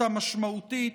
אותה משמעותית,